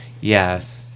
Yes